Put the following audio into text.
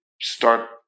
start